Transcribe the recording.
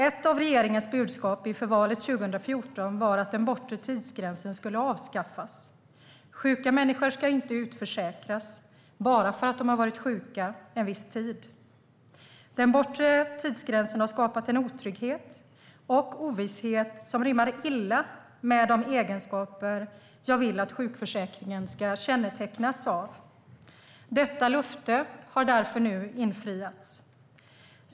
Ett av regeringens budskap inför valet 2014 var att den bortre tidsgränsen skulle avskaffas - sjuka människor inte ska utförsäkras bara därför att de har varit sjuka en viss tid. Den bortre tidsgränsen har skapat en otrygghet och en ovisshet som rimmar illa med de egenskaper som jag vill att sjukförsäkringen ska kännetecknas av. Detta löfte har därför nu infriats.